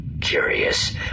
Curious